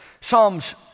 Psalms